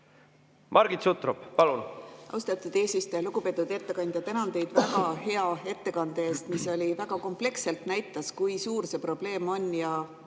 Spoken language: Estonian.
Margit Sutrop, palun! Austatud eesistuja! Lugupeetud ettekandja! Tänan teid väga hea ettekande eest, mis väga kompleksselt näitas, kui suur see probleem on ja